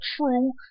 true